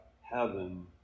heaven